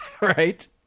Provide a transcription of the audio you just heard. right